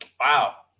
Wow